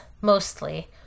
mostly